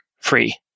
free